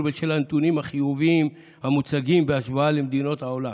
בשל הנתונים החיוביים המוצגים בהשוואה למדינות העולם,